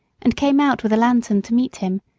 and came out with a lantern to meet him,